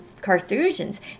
Carthusians